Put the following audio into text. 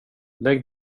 lägg